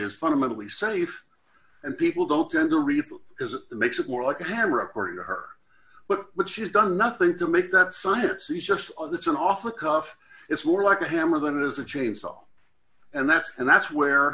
is fundamentally safe and people don't tend to read as it makes it more like a hammer according to her but what she's done nothing to make that science is just oh that's an off the cuff it's more like a hammer than it is a chainsaw and that's and that's where